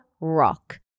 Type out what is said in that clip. rock